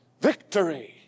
victory